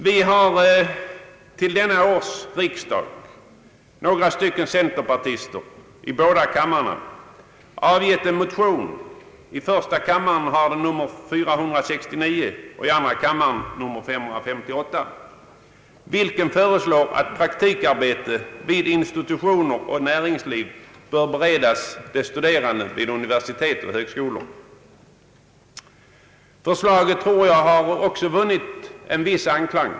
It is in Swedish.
Vi är några centerpartister som till årets riksdag har avgivit motionerna I:469 och II: 558, där vi föreslår att praktikarbete vid institutioner och i näringsliv bör beredas de studerande vid universitet och högskolor. Förslaget har, tror jag, vunnit en viss anklang.